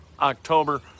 October